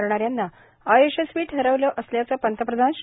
करणाऱ्यांना अयशस्वी ठरवलं असल्याचं पंतप्रधान श्री